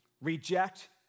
Reject